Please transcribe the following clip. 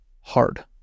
hard